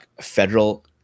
federal